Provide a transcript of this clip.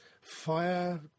Fire